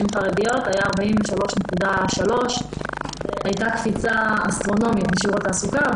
חרדיות היה 43.3%. הייתה קפיצה אסטרונומית בשיעור התעסוקה.